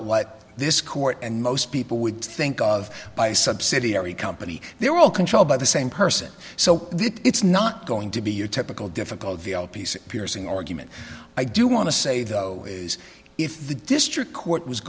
what this court and most people would think of by a subsidiary company they're all controlled by the same person so it's not going to be your typical difficult piece of piercing argument i do want to say though if the district court was